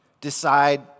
decide